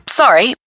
sorry